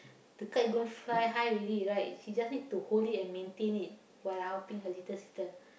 the kite going fly high already right she just need to hold it and maintain it while I helping her little sister